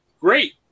Great